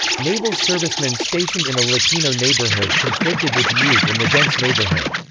naval servicemen stationed in a latino neighborhood conflicted with youth in the dense neighborhood.